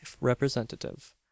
representative